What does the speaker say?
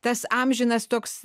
tas amžinas toks